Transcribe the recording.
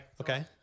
Okay